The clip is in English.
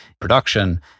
production